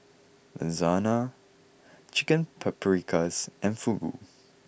Lasagna Chicken Paprikas and Fugu